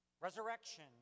Resurrection